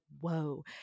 whoa